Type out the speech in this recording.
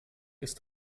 ist